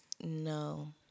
No